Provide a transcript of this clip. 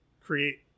create